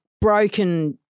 broken